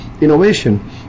innovation